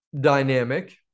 dynamic